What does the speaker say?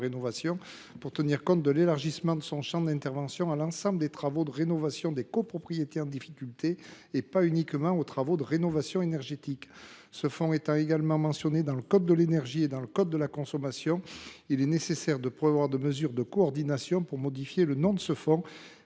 de tenir compte de l’élargissement de son champ d’intervention à l’ensemble des travaux de rénovation des copropriétés en difficulté, au lieu des seuls travaux de rénovation énergétique. Ce fonds étant également mentionné dans le code de l’énergie et dans le code de la consommation, il est nécessaire d’adopter des mesures de coordination tendant à modifier l’intitulé de ce fonds